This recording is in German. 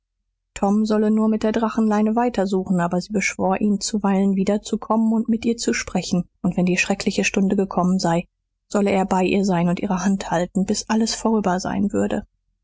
tom solle nur mit der drachenleine weiter suchen aber sie beschwor ihn zuweilen wiederzukommen und mit ihr zu sprechen und wenn die schreckliche stunde gekommen sei solle er bei ihr sein und ihre hand halten bis alles vorüber sein würde